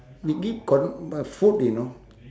we give co~ uh food you know